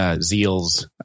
Zeal's